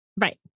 Right